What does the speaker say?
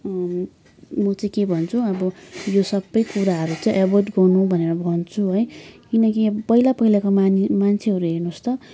म चाहिँ के भन्छु अब यो सबै कुराहरू चाहिँ एभोइड गर्नु भनेर भन्छु है किनकि अब पहिला पहिलाको मानिस मान्छेहरू हेर्नुहोस् त